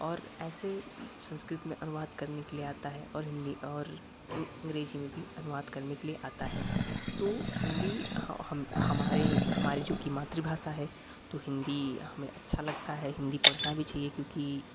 और ऐसे संस्कृत में अनुवाद करने के लिए आता है और हिंदी और अंग्रेज़ी में भी अनुवाद करने के लिए आता है तो हिंदी हम हमारे हमारे जो कि मातृभाषा है तो हिंदी हमें अच्छा लगता है हिंदी पढ़ना भी चाहिए क्योंकि